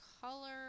color